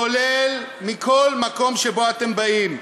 כולל מכל מקום שבו אתם נמצאים.